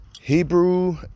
Hebrew